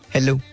Hello